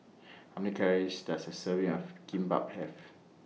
How Many Calories Does A Serving of Kimbap Have